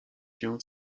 się